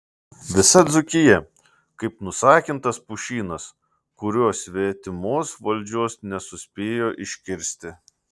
visa dzūkija kaip nusakintas pušynas kurio svetimos valdžios nesuspėjo iškirsti